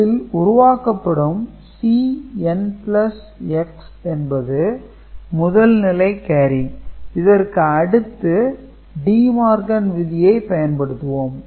இதில் உருவாக்கப்படும் Cnx என்பது முதல் நிலை கேரி இதற்கு அடுத்து Demorgan's விதியை பயன்படுத்துவோம்